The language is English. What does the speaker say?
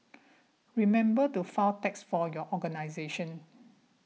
remember to file tax for your organisation